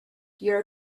your